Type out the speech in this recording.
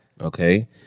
Okay